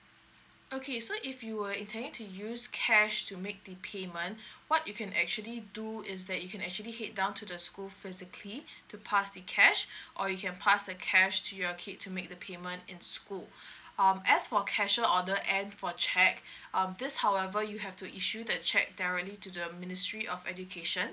okay so if you were intending to use cash to make the payment what you can actually do is that you can actually head down to the school physically to pass the cash or you can pass the cash to your kid to make the payment in school um as for cashier order and for cheque um these however you have to issue the cheque directly to the ministry of education